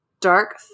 dark